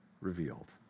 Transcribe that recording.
revealed